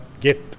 get